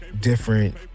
Different